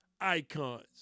icons